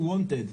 "wanted",